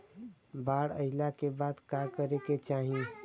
बाढ़ आइला के बाद का करे के चाही?